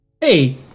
Hey